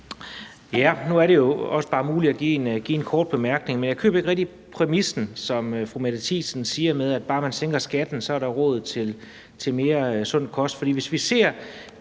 (S): Nu er det jo også muligt bare at give en kort bemærkning. Men jeg køber ikke rigtig præmissen, som fru Mette Thiesen siger, om, at hvis bare man sænker skatten, så er der råd til mere sund kost. For hvis vi ser